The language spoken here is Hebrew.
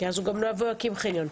כי אז הוא גם לא יבוא להקים חניון.